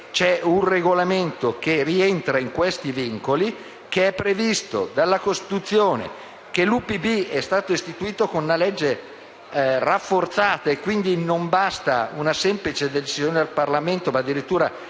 c'è un regolamento che rientra in questi vincoli, che è previsto dalla Costituzione, visto che l'UPB è stato istituito con un legge rafforzata (quindi non basta una semplice decisione del Parlamento, ma viene